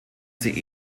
sie